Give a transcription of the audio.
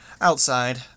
Outside